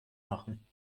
machen